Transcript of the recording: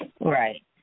Right